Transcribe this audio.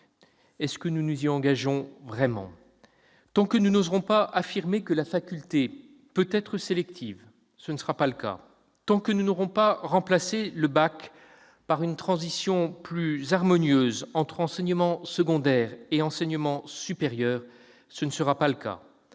universités. Nous y engageons-nous vraiment ? Tant que nous n'oserons pas affirmer que la faculté peut être sélective, ce ne sera pas le cas. Tant que nous n'aurons pas remplacé le baccalauréat par une transition plus harmonieuse entre enseignement secondaire et enseignement supérieur, ce ne sera pas le cas.